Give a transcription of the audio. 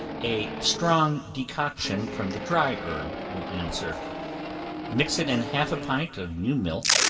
a strong decoction from the dry herb will answer mix it in half a pint of new milk,